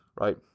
right